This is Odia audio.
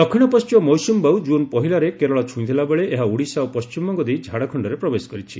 ଦକ୍ଷିଣ ପଶ୍ଚିମ ମୌସୁମୀବାୟୁ କୁନ୍ ପହିଲାରେ କେରଳ ଛୁଇଁଥିଲାବେଳେ ଏହା ଓଡ଼ିଶା ଓ ପଶ୍ଚିମବଙ୍ଗ ଦେଇ ଝାଡ଼ଖଣ୍ଡରେ ପ୍ରବେଶ କରିଛି